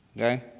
okay?